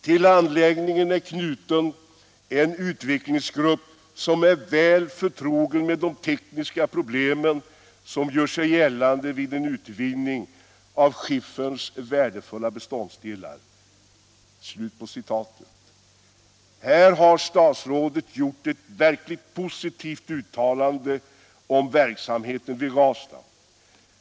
Till anläggningen är knuten en utvecklingsgrupp som är väl förtrogen med de tekniska problem som gör sig gällande vid en utvinning av skifferns värdefulla beståndsdelar.” Här har statsrådet gjort ett verkligt positivt uttalande om verksamheten vid Ranstad.